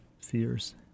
fears